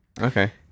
Okay